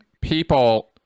people